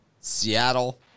Seattle